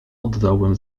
oddałbym